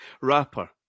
Rapper